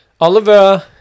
Oliver